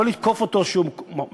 לא לתקוף אותו שהוא מסית,